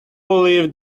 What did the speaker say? believe